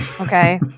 Okay